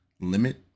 limit